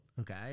okay